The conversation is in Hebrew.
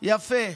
יפה.